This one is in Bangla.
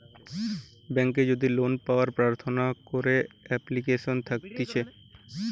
বেংকে যদি লোন লেওয়ার প্রার্থনা করে এপ্লিকেশন থাকতিছে